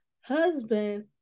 husband